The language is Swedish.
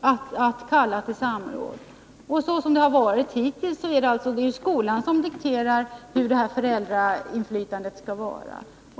att kalla till samråd, och hittills har ju skolan dikterat hur föräldrainflytandet skall vara beskaffat.